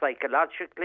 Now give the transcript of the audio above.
psychologically